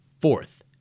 Fourth